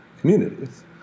communities